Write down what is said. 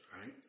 right